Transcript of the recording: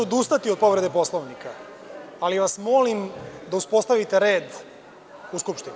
Odustaću od povrede Poslovnika, ali vas molim da uspostavite red u Skupštini.